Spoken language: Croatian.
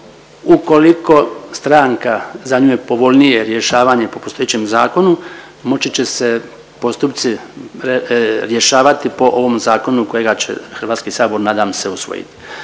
Ukoliko stranka za nju je povoljnije rješavanje po postojećem zakonu moći će se postupci rješavati po ovom zakonu kojega će Hrvatski sabor, nadam se usvojiti.